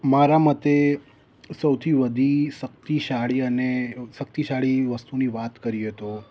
મારા મતે સૌથી વધી શક્તિશાળી અને શક્તિશાળી વસ્તુની વાત કરીએ તો